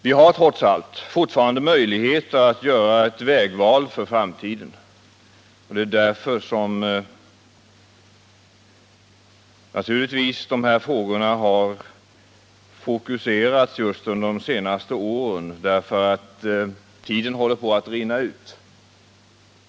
Vi har trots allt fortfarande möjligheter att göra ett vägval för framtiden. Det är naturligtvis därför som de här frågorna har fokuserats just under de senaste åren — tiden håller på att rinna ut.